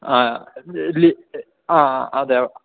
ആ ആ അതെ ആ